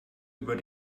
über